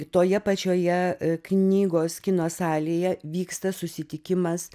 toje pačioje knygos kino salėje vyksta susitikimas